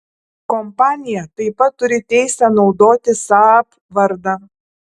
kompanija taip pat turi teisę naudoti saab vardą